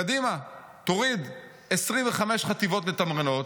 קדימה, תוריד 25 חטיבות מתמרנות,